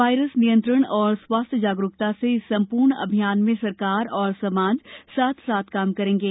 virus नियंत्रेण और स्वास्थ्य जागरुकता से इस महत्वपूर्ण अभियान में सरकार और समाज साथ साथ काम करेंगे